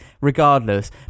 regardless